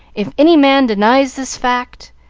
if any man denies this fact,